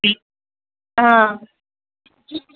ఆ